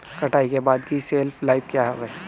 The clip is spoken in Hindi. कटाई के बाद की शेल्फ लाइफ क्या है?